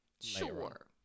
Sure